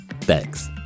thanks